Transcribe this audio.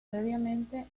previamente